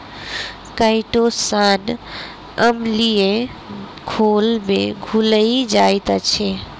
chitosan अम्लीय घोल में घुइल जाइत अछि